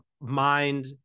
Mind